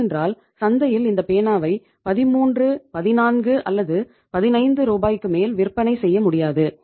ஏனென்றால் சந்தையில் இந்த பேனாவை 13 பதினான்கு அல்லது பதினைந்து ரூபாய்க்கு மேல் விற்பனை செய்ய முடியாது